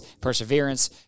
perseverance